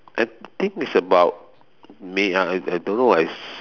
I think is about May I I don't know I